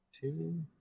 Two